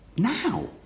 Now